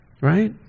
Right